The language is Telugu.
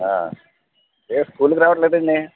ఏం స్కూల్కి రావట్లేదండి